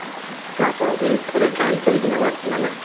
ଆଚ୍ଛା ଆଚ୍ଛା ତ ଆପଣଙ୍କୁ ଏଇଠି ଥରେ ଟ୍ରାଏଲ୍ କରିକି ନେବାର ଥିଲା ନା